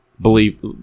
Believe